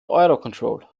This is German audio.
eurocontrol